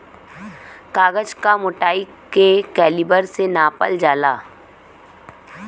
कागज क मोटाई के कैलीबर से नापल जाला